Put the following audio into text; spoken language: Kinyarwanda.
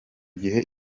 gihe